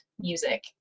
music